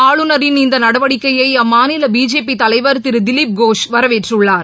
ஆளுநரின் இந்த நடவடிக்கையை அம்மாநில பிஜேபி தலைவர் திரு திலிப் கோஷ் வரவேற்றுள்ளார்